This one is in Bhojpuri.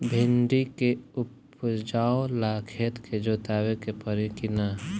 भिंदी के उपजाव ला खेत के जोतावे के परी कि ना?